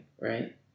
right